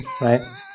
right